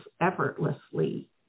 effortlessly